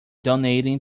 donating